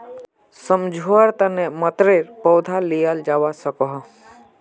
सम्झुआर तने मतरेर पौधा लियाल जावा सकोह